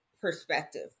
perspective